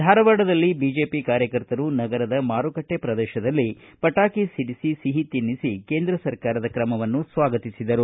ಧಾರವಾಡದಲ್ಲಿ ಬಿಜೆಪಿ ಕಾರ್ಯಕರ್ತರು ನಗರದ ಮಾರುಕಟ್ಟೆ ಪ್ರದೇಶದಲ್ಲಿ ಪಟಾಕಿ ಸಿಡಿಸಿ ಸಿಹಿ ತಿನ್ನಿಸಿ ಕೇಂದ್ರ ಸರ್ಕಾರದ ಕ್ರಮವನ್ನು ಸ್ವಾಗತಿಸಿದರು